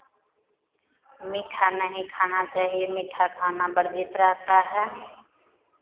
मीठा नहीं खाना चाहिए मीठा खाना वर्जित रहता है